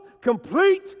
complete